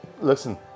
listen